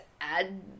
add